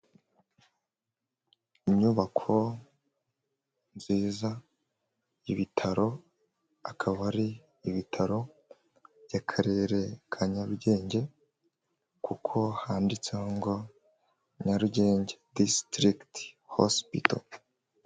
Inyubako nziza y'ibitaro, akaba ari ibitaro by'akarere ka Nyarugenge kuko handitseho ngo Nyarugenge disitirigiti hosipito.